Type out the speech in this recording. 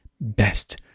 best